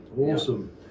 awesome